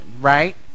right